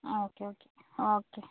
ആ okay okay